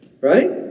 right